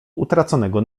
utraconego